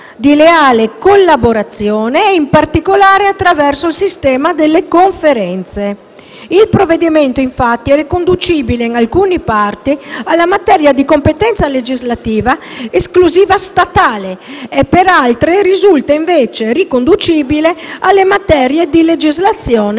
di leale collaborazione e, in particolare, attraverso il sistema delle Conferenze. Il provvedimento, infatti, è riconducibile in alcune parti alla materia di competenza legislativa esclusiva statale e per altre, invece, risulta riconducibile alle materie di legislazione